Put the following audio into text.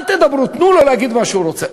אל תדברו, תנו לו להגיד מה שהוא רוצה.